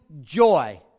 joy